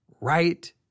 Right